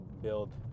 build